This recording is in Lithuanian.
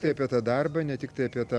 tai apie tą darbą ne tiktai apie tą